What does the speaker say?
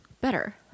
better